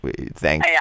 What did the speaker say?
thank